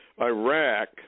Iraq